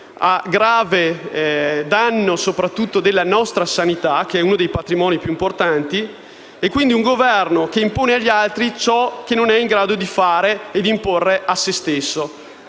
a grave danno soprattutto della nostra sanità, che è uno dei nostri patrimoni più importanti. Il Governo, quindi, impone agli altri ciò che non è in grado di fare e di imporre a se stesso.